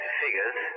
figures